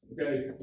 Okay